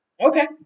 Okay